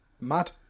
Mad